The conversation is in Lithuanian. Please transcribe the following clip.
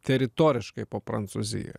teritoriškai po prancūziją